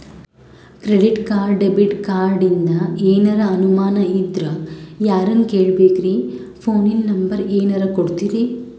Credit card, debit ಕಾರ್ಡಿಂದ ಏನರ ಅನಮಾನ ಇದ್ರ ಯಾರನ್ ಕೇಳಬೇಕ್ರೀ, ಫೋನಿನ ನಂಬರ ಏನರ ಕೊಡ್ತೀರಿ?